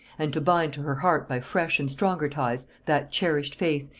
and to bind to her heart by fresh and stronger ties that cherished faith,